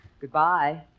Goodbye